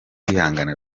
kwihangana